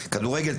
כדורגל,